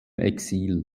exil